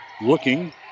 looking